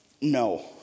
no